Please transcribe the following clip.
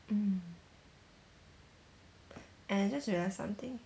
mm and I just realised something